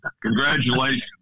Congratulations